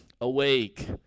awake